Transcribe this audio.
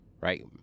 right